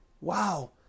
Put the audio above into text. wow